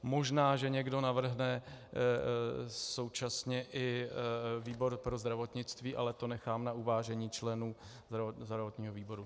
Možná že někdo navrhne současně i výbor pro zdravotnictví, ale to nechám na uvážení členů zdravotního výboru.